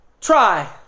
try